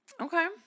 Okay